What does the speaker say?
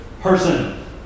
person